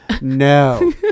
No